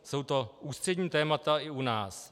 Jsou to ústřední témata i u nás.